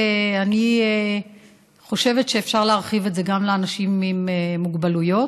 אני חושבת שאפשר להרחיב את זה גם לאנשים עם מוגבלויות,